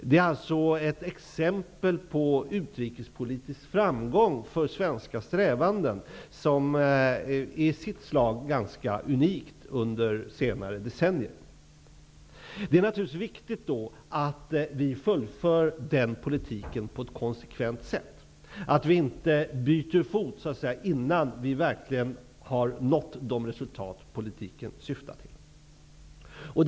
Det här är alltså ett exempel på utrikespolitisk framgång för svenska strävanden, som har varit unikt under senare decennier. Det är naturligtvis viktigt att vi fullföljer den politiken på ett konsekvent sätt och att vi inte byter fot innan vi har nått de resultat politiken syftar till.